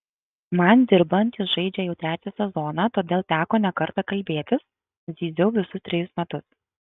man dirbant jis žaidžia jau trečią sezoną todėl teko ne kartą kalbėtis zyziau visus trejus metus